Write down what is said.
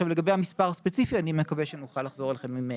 לגבי המספר ספציפי אני מקווה שנוכל לחזור אליכם.